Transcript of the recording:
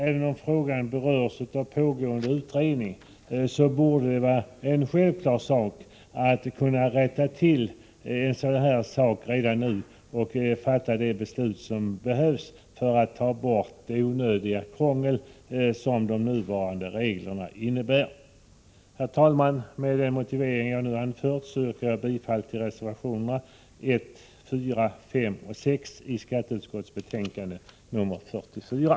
Även om frågan berörs av pågående utredning borde det vara självklart att rätta till en sådan sak redan nu och fatta det beslut som behövs för att ta bort det onödiga krångel som de nuvarande reglerna innebär. Herr talman! Med den motivering jag nu anfört yrkar jag bifall till reservationerna 1, 4, 5 och 6 i skatteutskottets betänkande nr 44.